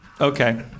Okay